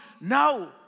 No